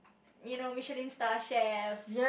you know Michelin star chefs